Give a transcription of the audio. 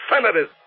senators